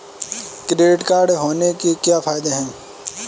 Credit card होने के क्या फायदे हैं?